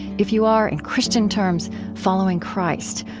if you are, in christian terms, following christ,